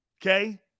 Okay